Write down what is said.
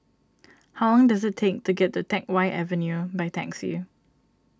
how long does it take to get to Teck Whye Avenue by taxi